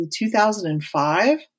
2005